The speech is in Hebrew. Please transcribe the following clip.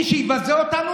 מי שמבזה אותנו,